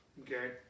Okay